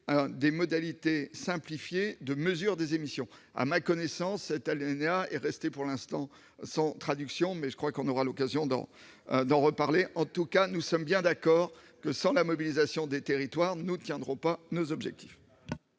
des modalités simplifiées de mesure des émissions. À ma connaissance, cet alinéa est resté pour l'instant lettre morte, mais nous aurons l'occasion d'en reparler. Nous sommes en tout cas bien d'accord, sans la mobilisation des territoires, nous ne tiendrons pas nos objectifs.